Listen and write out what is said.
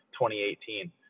2018